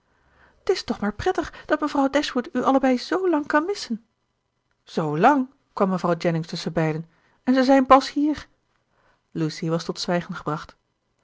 t is toch maar prettig dat mevrouw dashwood u allebei z lang kan missen z lang kwam mevrouw jennings tusschenbeiden en ze zijn pas hier lucy was tot zwijgen gebracht